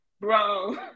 bro